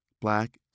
black